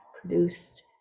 produced